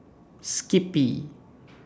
Skippy